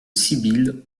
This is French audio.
sibylle